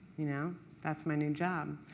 you know that's my new job.